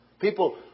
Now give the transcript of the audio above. People